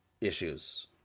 issues